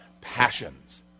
passions